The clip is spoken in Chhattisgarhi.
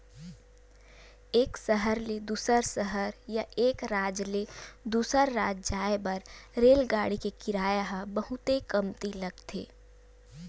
एक सहर ले दूसर सहर या एक राज ले दूसर राज जाए बर रेलगाड़ी के किराया ह बहुते कमती लगथे